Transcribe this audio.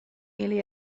ili